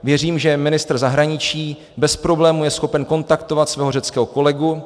Věřím, že ministr zahraničí bez problémů je schopen kontaktovat svého řeckého kolegu.